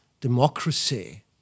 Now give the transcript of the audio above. democracy